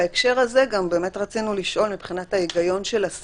זה לאו דווקא עובד שנדבק במקום.